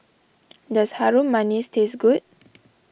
does Harum Manis taste good